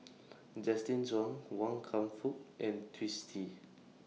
Justin Zhuang Wan Kam Fook and Twisstii